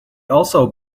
also